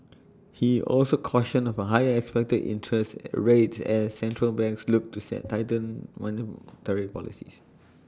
he also cautioned of higher expected interest rates as central banks look set to tighten monetary policies